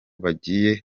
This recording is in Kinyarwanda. bagiye